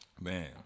Man